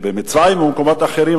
במצרים או במקומות אחרים,